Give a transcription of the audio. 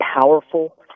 powerful